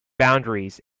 boundaries